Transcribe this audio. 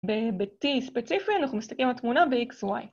ב-T ספציפי אנחנו מסתכלים על תמונה ב-XY.